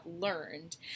learned